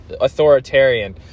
authoritarian